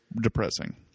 depressing